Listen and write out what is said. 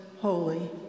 holy